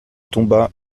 tomba